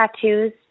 tattoos